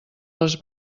les